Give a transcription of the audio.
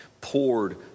poured